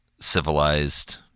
civilized